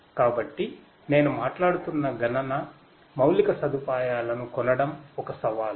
కాబట్టి నేను మాట్లాడుతున్న గణన మౌలిక సదుపాయాలను కొనడం ఒక సవాలు